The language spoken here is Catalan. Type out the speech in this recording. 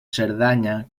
cerdanya